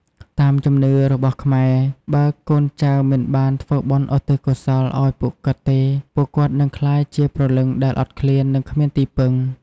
តាមជំនឿរបស់ខ្មែរ បើកូនចៅមិនបានធ្វើបុណ្យឧទ្ទិសកុសលឱ្យពួកគាត់ទេ ពួកគាត់នឹងក្លាយជាព្រលឹងដែលអត់ឃ្លាន និងគ្មានទីពឹង។